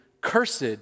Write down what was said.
cursed